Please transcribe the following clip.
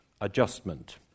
adjustment